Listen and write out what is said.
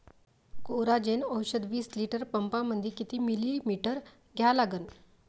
Coragen औषध विस litre पंपामंदी किती मिलीमिटर घ्या लागन?